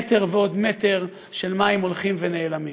מטר ועוד מטר של מים הולכים ונעלמים,